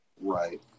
Right